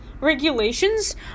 regulations